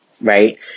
right